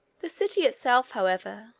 the city itself, however,